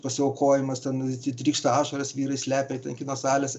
pasiaukojimas ten trykšta ašaros vyrai slepia kino salėse